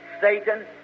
Satan